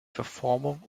verformung